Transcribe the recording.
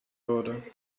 würde